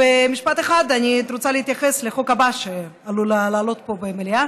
במשפט אחד אני הייתי רוצה להתייחס לחוק הבא שעלול לעלות פה במליאה,